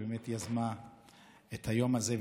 שיזמה את היום הזה.